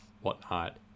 whatnot